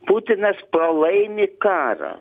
putinas pralaimi karą